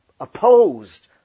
opposed